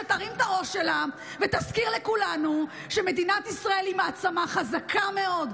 שתרים את הראש שלה ותזכיר לכולנו שמדינת ישראל היא מעצמה חזקה מאוד,